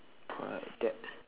correct